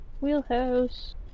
Wheelhouse